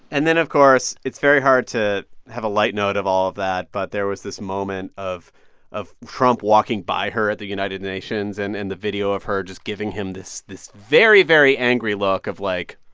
and then, of course, it's very hard to have a light note of all of that, but there was this moment of of trump walking by her at the united nations and and the video of her just giving him this this very, very angry look of, like,